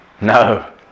No